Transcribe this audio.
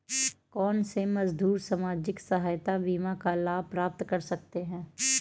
कौनसे मजदूर सामाजिक सहायता बीमा का लाभ प्राप्त कर सकते हैं?